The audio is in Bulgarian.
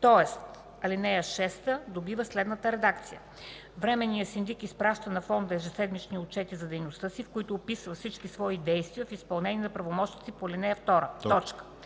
тоест ал. 6 добива следната редакция: „(6) Временният синдик изпраща на фонда ежеседмични отчети за дейността си, в които описва всички свои действия в изпълнение на правомощията си по ал. 2. Фондът